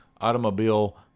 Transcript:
automobile